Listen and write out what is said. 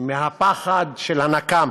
מהפחד של הנקם,